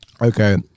Okay